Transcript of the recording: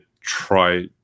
try